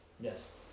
Yes